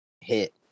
hit